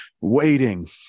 waiting